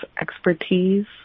expertise